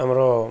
ଆମର